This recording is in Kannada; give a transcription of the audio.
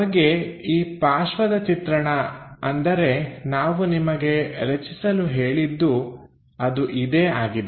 ನಮ್ಮ ಈ ಪಾರ್ಶ್ವದ ಚಿತ್ರಣ ಅಂದರೆ ನಾವು ನಿಮಗೆ ರಚಿಸಲು ಹೇಳಿದ್ದು ಅದು ಇದೇ ಆಗಿದೆ